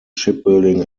shipbuilding